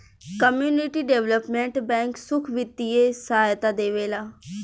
community development bank सुख बित्तीय सहायता देवेला